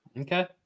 Okay